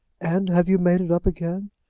and have you made it up again?